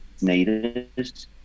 needed